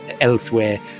elsewhere